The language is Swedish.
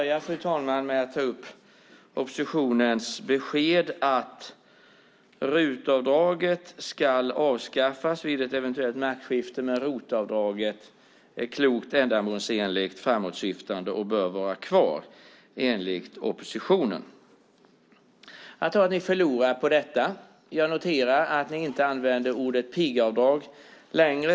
Jag tänkte börja med att ta upp oppositionens besked att RUT-avdraget ska avskaffas vid ett eventuellt maktskifte medan ROT-avdraget är klokt, ändamålsenligt, framåtsyftande och bör vara kvar enligt oppositionen. Jag tror att ni förlorar på detta. Jag noterar att ni inte använder ordet pigavdrag längre.